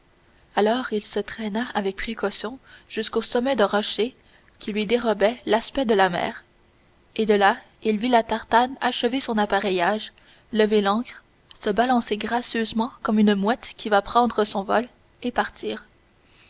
alors il se traîna avec précaution jusqu'au sommet d'un rocher qui lui dérobait l'aspect de la mer et de là il vit la tartane achever son appareillage lever l'ancre se balancer gracieusement comme une mouette qui va prendre son vol et partir